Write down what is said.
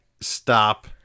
stop